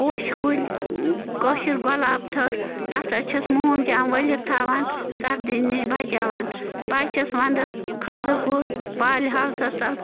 پوشہِ کُلۍ کٲشٕر گۄلاب تھٔر تَتھ حظ چھَس مومجام ؤلِتھ تھاوان سردی نِش بَچاوان بہٕ حظ چھَس وَنٛدَس کھٔزرٕ کُلۍ پالہِ ہاوسَس تَل